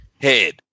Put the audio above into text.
head